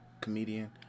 comedian